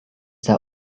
their